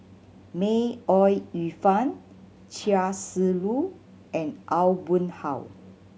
May Ooi Yu Fen Chia Shi Lu and Aw Boon Haw